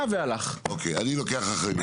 אוקיי, אני לוקח אחריות.